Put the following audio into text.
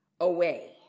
away